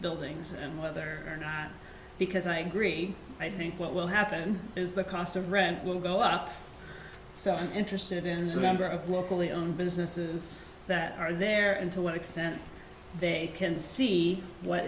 buildings and whether or not because i agree i think what will happen is the cost of rent will go up so i'm interested in as number of locally owned businesses that are there and to what extent they can see what